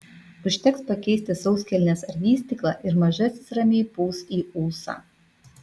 užteks pakeisti sauskelnes ar vystyklą ir mažasis ramiai pūs į ūsą